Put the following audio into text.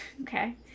Okay